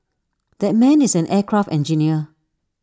that man is an aircraft engineer